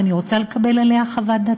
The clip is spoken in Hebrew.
ואני רוצה לקבל עליה חוות דעת.